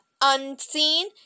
unseen